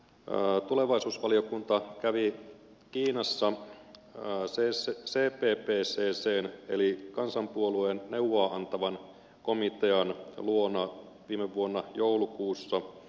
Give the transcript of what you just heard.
tulevaisuusvaliokunta kävi kiinassa cppccn eli kansanpuolueen neuvoa antavan komitean luona viime vuonna joulukuussa